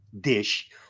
dish